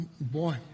Boy